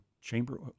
chamber